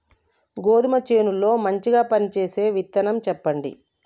గోధుమ చేను లో మంచిగా పనిచేసే విత్తనం చెప్పండి?